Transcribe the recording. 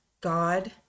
God